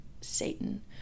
Satan